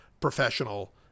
professional